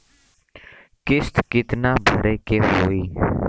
किस्त कितना भरे के होइ?